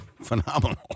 phenomenal